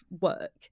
work